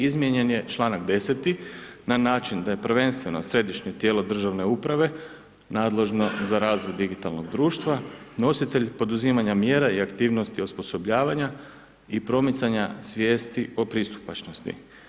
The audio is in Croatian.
Izmijenjen je čl. 10. na način da je prvenstveno Središnje tijelo državne uprave nadležno za razvoj digitalnog društva, nositelj poduzimanja mjera i aktivnosti osposobljavanja i promicanja svijesti o pristupačnosti.